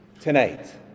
tonight